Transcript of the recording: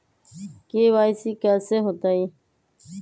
KYC कैसे होतई?